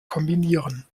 kombinieren